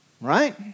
Right